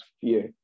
fear